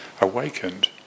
awakened